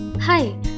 Hi